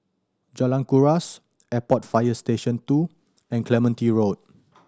Jalan Kuras Airport Fire Station Two and Clementi Road